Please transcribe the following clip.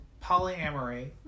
polyamory